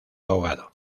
ahogado